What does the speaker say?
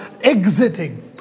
exiting